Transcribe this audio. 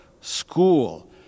school